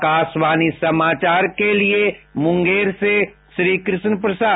आकाशवाणी समाचार के लिये मुंगेर से श्रीकृष्ण प्रसाद